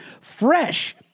fresh